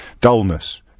Dullness